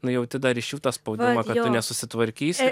nu jauti dar iš jų tą spaudimą nesusitvarkysi